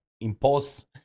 impulse